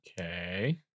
okay